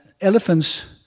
elephants